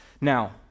Now